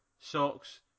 socks